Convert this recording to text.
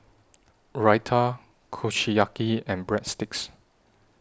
Raita Kushiyaki and Breadsticks